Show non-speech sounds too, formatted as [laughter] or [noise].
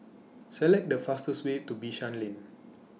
[noise] Select The fastest Way to Bishan Lane